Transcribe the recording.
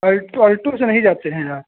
Alto Alto से नहीं जाते हैं यार